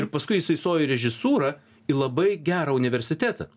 ir paskui jisai stojo į režisūrą į labai gerą universitetą